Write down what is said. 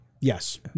yes